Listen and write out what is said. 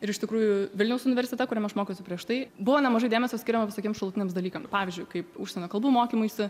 ir iš tikrųjų vilniaus universitete kuriam aš mokiausi prieš tai buvo nemažai dėmesio skiriama visokiem šalutiniam dalykam pavyzdžiui kaip užsienio kalbų mokymuisi